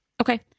Okay